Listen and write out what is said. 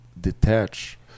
detach